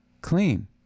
clean